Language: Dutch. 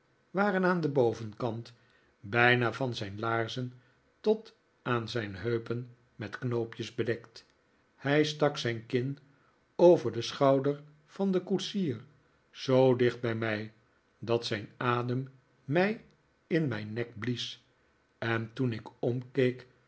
waren aan den buitenkant bijna van zijn laarzen tot aan zijn heupen met knoopjes bedekt hij stak zijn kin over den schouder van den koetsier zoo dicht bij mij dat zijn adem mij in mijn nek blies en toen ik omkeek